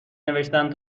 نوشتن